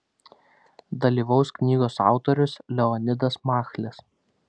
dalyvaus knygos autorius leonidas machlis